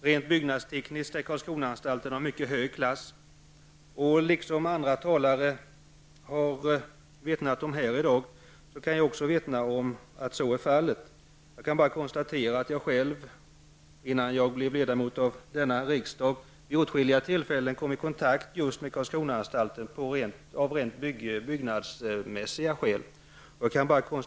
Rent byggnadstekniskt är Karlskronaanstalten av mycket hög klass, det har andra talare i dag redan vittnat om. Innan jag blev ledamot av riksdagen kom jag vid åtskilliga tillfällen i kontakt med Karlskronaanstalten av rent byggnadsmässiga skäl.